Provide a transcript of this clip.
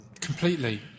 completely